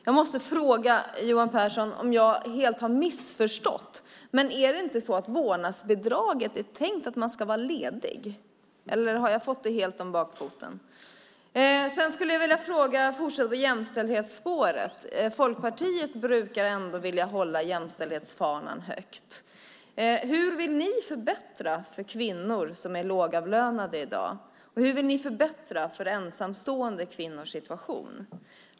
Jag måste fråga Johan Pehrson om jag helt har missförstått: Är det inte så att vårdnadsbidraget är tänkt för att man ska vara ledig? Eller har jag fått det helt om bakfoten? Sedan skulle jag vilja fortsätta på jämställdhetsspåret. Folkpartiet brukar vilja hålla jämställdhetsfanan högt. Hur vill ni förbättra för kvinnor som är lågavlönade i dag? Hur vill ni förbättra ensamstående kvinnors situation?